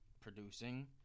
producing